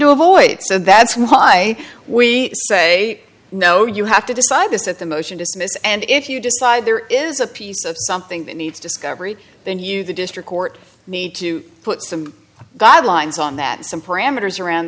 to avoid so that's why we say no you have to decide this at the motion to dismiss and if you decide there is a piece of something that needs discovery then you the district court need to put some guidelines on that some parameters around